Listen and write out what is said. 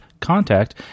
contact